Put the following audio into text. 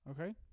Okay